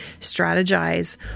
strategize